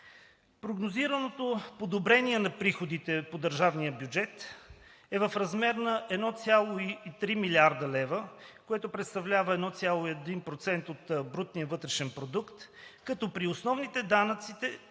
Прогнозираното подобрение на приходите по държавния бюджет е в размер на 1,3 млрд. лв., което представлява 1,1% от БВП, като при основните данъци